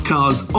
Cars